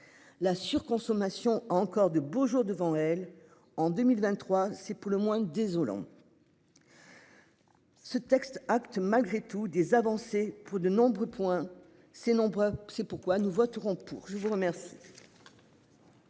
La surconsommation encore de beaux jours devant elle. En 2023, c'est pour le moins désolant. Ce texte acte malgré tout des avancées pour de nombreux points ces nombreux. C'est pourquoi nous voterons pour. Je vous remercie.